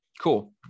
Cool